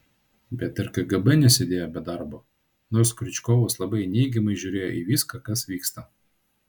bet ir kgb nesėdėjo be darbo nors kriučkovas labai neigiamai žiūrėjo į viską kas vyksta